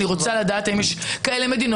היו על זה הרבה דיונים.